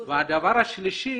והדבר השלישי,